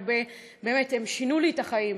באמת הם שינו לי את החיים,